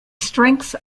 strengths